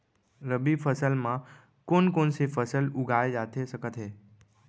रबि फसल म कोन कोन से फसल उगाए जाथे सकत हे?